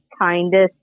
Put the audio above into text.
kindest